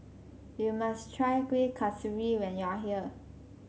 you must try Kuih Kasturi when you are here